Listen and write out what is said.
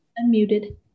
unmuted